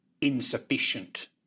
insufficient